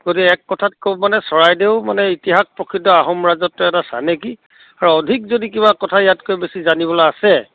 গতিকে এক কথাত ক'ব মানে চৰাইদেউ মানে ইতিহাস প্ৰসিদ্ধ আহোম ৰাজত্বৰ এটা চানেকি আৰু অধিক যদি কিবা কথা ইয়াতকৈ বেছি জানিবলৈ আছে